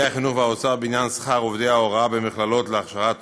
החינוך והאוצר בעניין שכר עובדי ההוראה במכללות להכשרת